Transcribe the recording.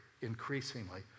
increasingly